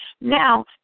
Now